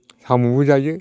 साम'बो जायो